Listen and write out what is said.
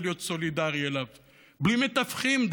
ולהיות סולידרי אליו בלי מתווכים,